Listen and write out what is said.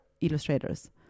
illustrators